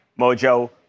Mojo